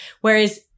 whereas